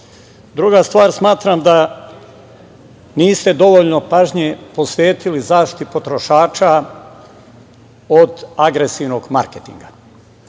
otkaz. Druga stvar, smatram da niste dovoljno pažnje posvetili zaštiti potrošača od agresivnog marketinga.